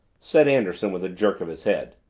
said anderson, with a jerk of his head.